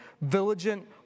vigilant